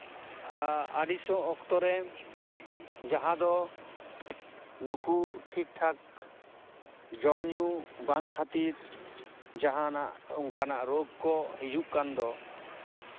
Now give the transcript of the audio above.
ᱟᱹᱲᱤᱥᱚᱜ ᱚᱠᱛᱚᱨᱮ ᱡᱟᱦᱟᱸ ᱫᱚ ᱱᱩᱠᱩ ᱴᱷᱤᱠ ᱴᱷᱟᱠ ᱡᱚᱢ ᱧᱩ ᱵᱟᱝ ᱠᱷᱟᱹᱛᱤᱨ ᱡᱟᱦᱟᱱᱟᱜ ᱚᱱᱠᱟᱱᱟᱜ ᱨᱳᱜᱽ ᱠᱚ ᱦᱤᱡᱩᱜ ᱠᱟᱱ ᱫᱚ